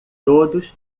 todos